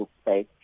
space